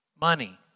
money